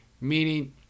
meaning